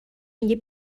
میگه